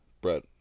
Brett